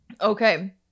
Okay